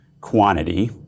quantity